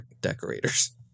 decorators